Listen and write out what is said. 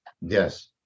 Yes